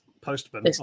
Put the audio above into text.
postman